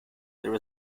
there